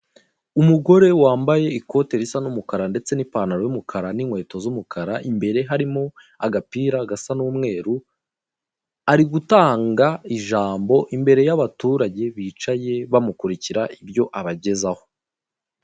Umugore wambaye ikote risa n'umukara ndetse n'ipantaro y'umukara n'inkweto z'umukara, imbere harimo agapira gasa n'umweru, ari gutanga ijambo imbere y'abaturage bicaye bamukurikira ibyo abagezaho.